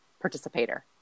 participator